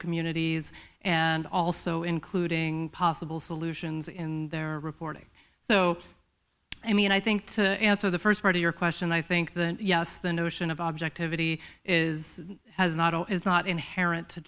communities and also including possible solutions in their reporting so i mean i think to answer the st part of your question i think that yes the notion of objectivity is as not zero is not inherent to